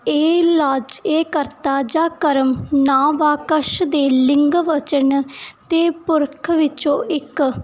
ਇਹ ਲਾਚ ਇਹ ਕਰਤਾ ਜਾਂ ਕਰਮ ਨਾਂਵ ਵਾਕੰਸ਼ ਦੇ ਲਿੰਗ ਵਚਨ ਅਤੇ ਪੁਰਖ ਵਿੱਚੋਂ ਇੱਕ